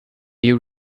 you